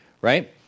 right